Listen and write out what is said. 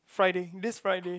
Friday this Friday